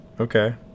okay